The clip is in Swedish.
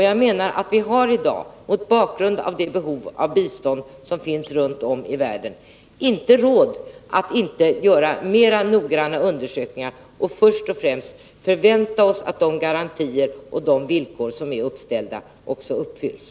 Jag menar att vi i dagens läge, mot bakgrund av det behov av bistånd som finns runt om i världen, inte har råd att underlåta att göra mera noggranna undersökningar, och först och främst måste vi förvänta oss att de garantier och de villkor som är uppställda också uppfylls.